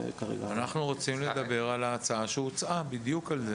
אנחנו רוצים לדבר על ההצעה שהוצעה, בדיוק על זה.